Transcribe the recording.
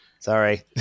sorry